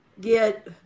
get